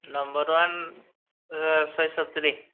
number ୱାନ୍ର ଶହେ ସତୁରୀ